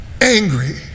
angry